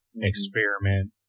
experiment